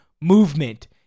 movement